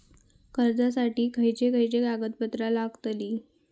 कर्जासाठी खयचे खयचे कागदपत्रा लागतली?